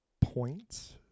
points